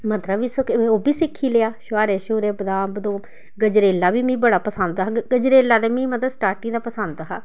मद्दरा बी सो के ओह् बी सिक्खी लेआ छुआरे छउरे बदाम बदूम गजरेला बी मी बड़ा पसंद हा गजरेला ते मी मतलब स्टाटिंग दा पसंद हा